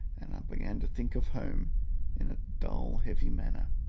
and i began to think of home in a dull heavy manner,